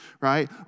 right